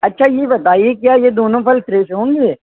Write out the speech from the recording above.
اچھا یہ بتائیے کیا یہ دونوں پھل فریش ہوں گے